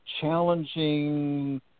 challenging